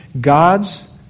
God's